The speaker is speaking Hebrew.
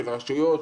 של רשויות,